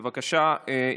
בבקשה,